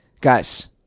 Guys